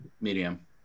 Medium